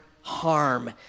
harm